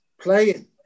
Playing